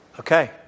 Okay